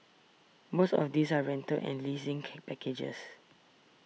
most of these are rental and leasing packages